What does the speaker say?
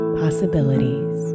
possibilities